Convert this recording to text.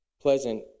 pleasant